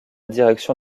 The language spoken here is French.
direction